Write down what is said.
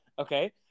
okay